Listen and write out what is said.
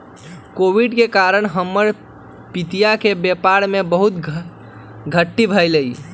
Covid के कारण हमर पितिया के व्यापार में बहुते घाट्टी भेलइ